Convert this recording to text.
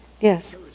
Yes